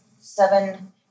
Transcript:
seven